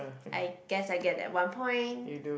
I guess I get that one point